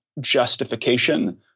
justification